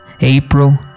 April